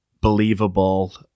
believable